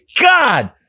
God